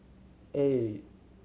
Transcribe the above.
eight